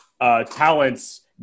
talents